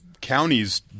counties